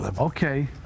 Okay